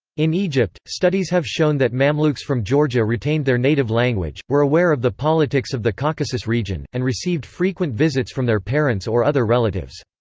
in egypt, studies have shown that mamluks from georgia retained their native language, were aware of the politics of the caucasus region, and received frequent visits from their parents or other relatives.